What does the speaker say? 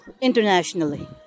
internationally